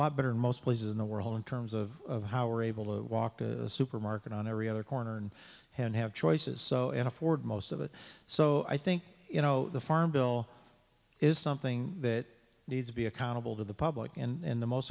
lot better than most places in the world in terms of how we're able to walk to the supermarket on every other corner and have choices so and afford most of it so i think you know the farm bill is something that needs to be accountable to the public and the most